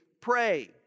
pray